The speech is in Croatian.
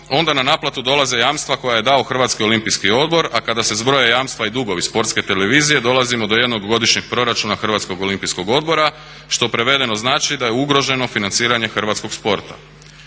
onda na naplatu dolaze jamstva koja je dao Hrvatski olimpijski odbor, a kada se zbroje jamstva i dugovi Sportske televizije dolazimo do jednog godišnjeg proračuna Hrvatskog olimpijskog odbora što prevedeno znači da je ugroženo financiranje hrvatskog sporta.